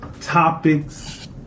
topics